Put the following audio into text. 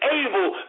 able